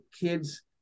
kids